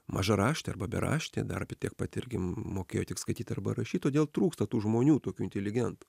mažaraštė arba beraštė dar apie tiek pati irgi mokėjo tik skaityt arba rašyt todėl trūksta tų žmonių tokių inteligentų